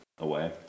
away